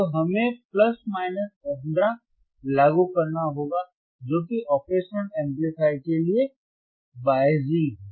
और हमें plus minus 15 लागू करना होगा जो कि ऑपरेशनल एम्पलीफायर के लिए बायसिंग है